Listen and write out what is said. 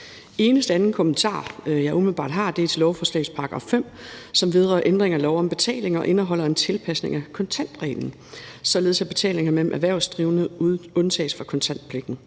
anden kommentar, jeg umiddelbart har, er til lovforslagets § 5, som vedrører ændring af lov om betaling, og som indeholder en tilpasning af kontantreglen, således at betalinger mellem erhvervsdrivende undtages for kontantpligten.